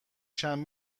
شبه